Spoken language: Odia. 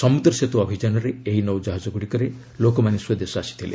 ସମୁଦ୍ର ସେତୁ ଅଭିଯାନରେ ଏହି ନୌଟ୍ଟାହାକ୍ଟଗୁଡ଼ିକରେ ଲୋକମାନେ ସ୍ୱଦେଶ ଆସିଥିଲେ